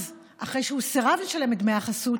אז אחרי שהוא סירב לשלם את דמי החסות,